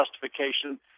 justification